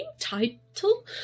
title